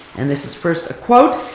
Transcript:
and this is first a quote,